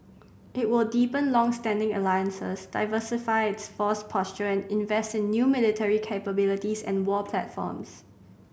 it will deepen longstanding alliances diversify its force posture and invest in new military capabilities and war platforms